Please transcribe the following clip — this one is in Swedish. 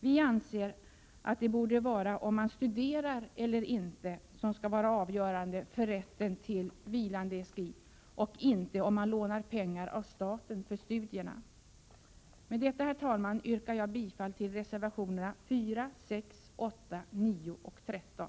Vi anser att det borde vara om man studerar eller inte som avgör rätten till vilande SGI och inte att man lånar pengar av staten för studierna. Herr talman! Med detta yrkar jag bifall till reservationerna 4, 6, 8,9 och 13.